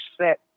set